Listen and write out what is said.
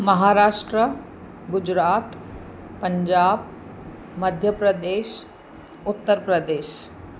Maharashtra Gujarat Punjab Madhya Pradesh Uttar Pradesh